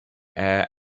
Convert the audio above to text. air